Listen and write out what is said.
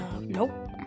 nope